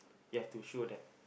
you have to show that